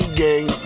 gang